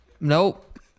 nope